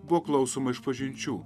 buvo klausoma išpažinčių